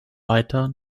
weiter